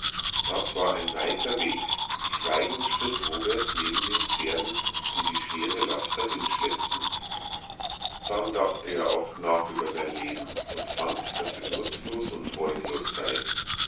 das war ein weiter weg schweigend schritt robert neben den pferden die die schwere last dahinschleppten dann dachte er oft nach über sein leben und fand daß es nutzlos und freudlos sei